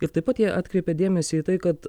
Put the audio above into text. ir tai pat jie atkreipė dėmesį į tai kad